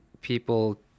people